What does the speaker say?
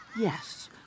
Yes